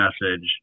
message